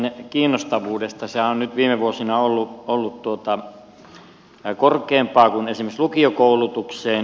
sehän on nyt viime vuosina ollut korkeampi kuin esimerkiksi lukiokoulutuksen